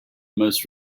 most